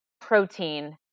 protein